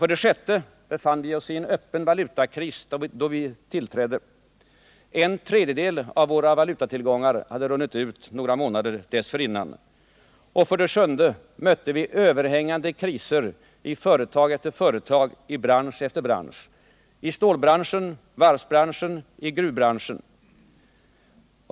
För det sjätte befann vi oss i en öppen valutakris då trepartiregeringen tillträdde. En tredjedel av våra valutatillgångar hade runnit ut några månader dessförinnan. För det sjunde mötte vi överhängande kriser i företag efter företag, i bransch efter bransch: i stålbranschen, i varvsbranschen och i gruvbranschen.